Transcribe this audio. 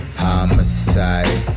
homicide